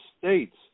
states